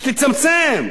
שתצמצם.